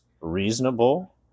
reasonable